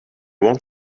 want